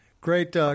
Great